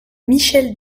michel